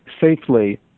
safely